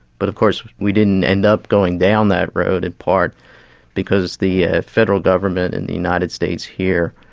but of course we didn't end up going down that road in part because the ah federal government in the united states here,